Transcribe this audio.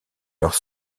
leurs